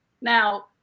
Now